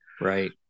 right